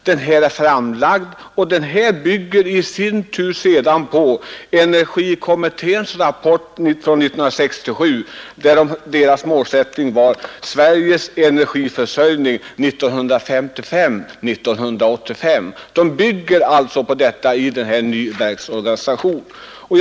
Detta betänkande bygger i sin tur på energikommitténs rapport från 1967, Sveriges energiförsörjning 1955—1985.